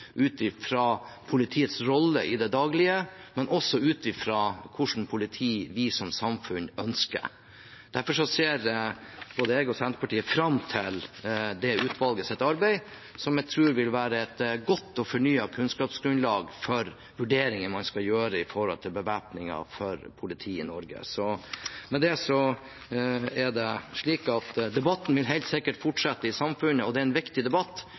ut fra politiets rolle i det daglige, og ut fra hvilket politi vi som samfunn ønsker. Derfor ser både jeg og Senterpartiet fram til utvalgets arbeid, som jeg tror vil gi et godt og fornyet kunnskapsgrunnlag for vurderinger man skal gjøre knyttet til bevæpning for politiet i Norge. Debatten vil helt sikkert fortsette i samfunnet, og det er en viktig debatt,